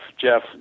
Jeff